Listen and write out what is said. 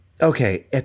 Okay